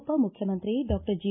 ಉಪಮುಖ್ಯಮಂತ್ರಿ doctor G